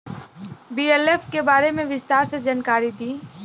BLF के बारे में विस्तार से जानकारी दी?